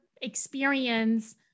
experience